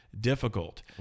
difficult